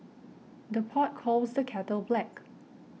the pot calls the kettle black